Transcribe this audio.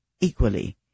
equally